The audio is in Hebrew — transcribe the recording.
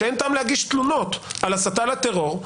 שאין טעם להגיש תלונות על הסתה לטרור,